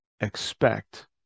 expect